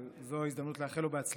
וזאת ההזדמנות לאחל לו הצלחה.